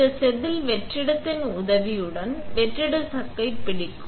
இந்த செதில் வெற்றிடத்தின் உதவியுடன் வெற்றிட சக்கைப் பிடிக்கும்